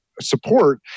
support